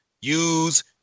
use